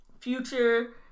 Future